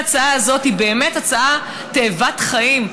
ההצעה הזאת היא באמת הצעה תאבת חיים,